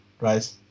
right